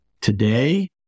Today